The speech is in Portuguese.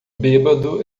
bêbado